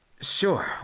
Sure